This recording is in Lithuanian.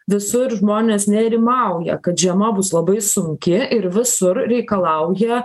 visur žmonės nerimauja kad žiema bus labai sunki ir visur reikalauja